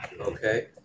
Okay